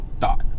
thought